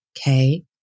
Okay